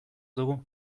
dugu